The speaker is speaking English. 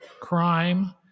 crime